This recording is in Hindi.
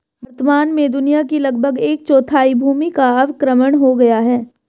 वर्तमान में दुनिया की लगभग एक चौथाई भूमि का अवक्रमण हो गया है